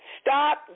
stop